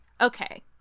Okay